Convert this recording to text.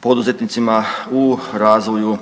poduzetnicima u razvoju